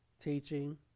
teaching